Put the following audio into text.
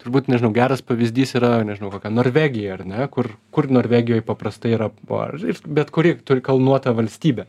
turbūt nežinau geras pavyzdys yra nežinau kokia norvegija ar ne kur kur norvegijoj paprastai yra par ir bet kuri kalnuota valstybė